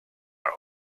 are